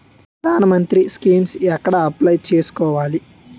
ప్రధాన మంత్రి స్కీమ్స్ ఎక్కడ అప్లయ్ చేసుకోవాలి?